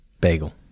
Bagel